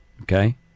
okay